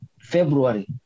February